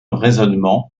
raisonnement